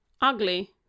ugly